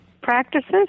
Practices